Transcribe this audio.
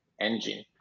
engine